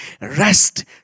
Rest